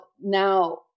now